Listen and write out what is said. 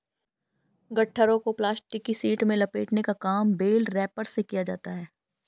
गट्ठरों को प्लास्टिक की शीट में लपेटने का काम बेल रैपर से किया जाता है